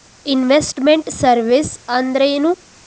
Invest made services ಅಂದ್ರೇನು?